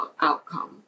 outcome